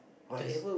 just